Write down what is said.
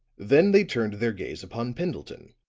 then they turned their gaze upon pendleton,